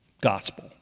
gospel